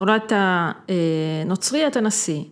‫אולי אתה נוצרי אתה נשיא?